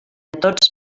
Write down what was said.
tots